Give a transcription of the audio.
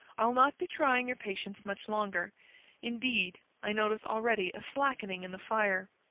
i'll not be trying your patience much longer indeed, i notice already a slackening in the fire.